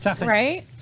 Right